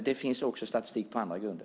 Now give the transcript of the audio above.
Det finns också statistik på andra grunder.